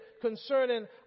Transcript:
concerning